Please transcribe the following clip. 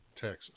Texas